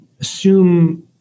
assume